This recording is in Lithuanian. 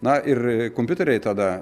na ir kompiuteriai tada